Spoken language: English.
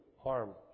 harm